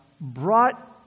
brought